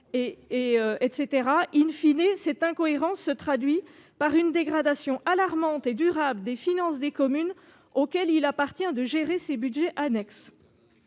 etc., cette incohérence se traduit par une dégradation alarmante et durable des finances des communes auxquelles il appartient de gérer ces budgets annexes.